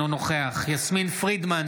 אינו נוכח יסמין פרידמן,